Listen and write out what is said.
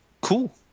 cool